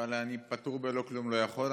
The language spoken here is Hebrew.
אבל פטור בלא כלום אני לא יכול.